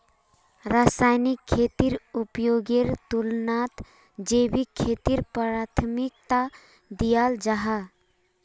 रासायनिक खेतीर उपयोगेर तुलनात जैविक खेतीक प्राथमिकता दियाल जाहा